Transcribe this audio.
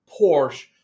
Porsche